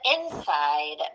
inside